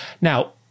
Now